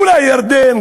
אולי ירדן,